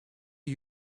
are